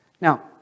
Now